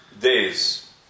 days